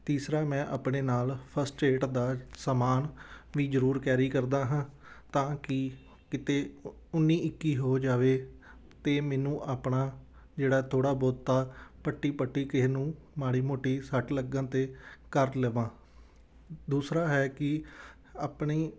ਤੀਸਰਾ ਮੈਂ ਆਪਣੇ ਨਾਲ ਫਸਟ ਏਡ ਦਾ ਸਮਾਨ ਵੀ ਜ਼ਰੂਰ ਕੈਰੀ ਕਰਦਾ ਹਾਂ ਤਾਂ ਕਿ ਕਿਤੇ ਉ ਉੱਨੀ ਇੱਕੀ ਹੋ ਜਾਵੇ ਤਾਂ ਮੈਨੂੰ ਆਪਣਾ ਜਿਹੜਾ ਥੋੜ੍ਹਾ ਬਹੁਤਾ ਪੱਟੀ ਪੱਟੀ ਕਿਸੇ ਨੂੰ ਮਾੜੀ ਮੋਟੀ ਸੱਟ ਲੱਗਣ 'ਤੇ ਕਰ ਲਵਾਂ ਦੂਸਰਾ ਹੈ ਕਿ ਆਪਣੀ